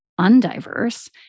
undiverse